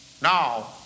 Now